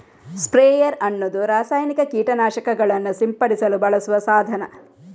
sprayer ಅನ್ನುದು ರಾಸಾಯನಿಕ ಕೀಟ ನಾಶಕಗಳನ್ನ ಸಿಂಪಡಿಸಲು ಬಳಸುವ ಸಾಧನ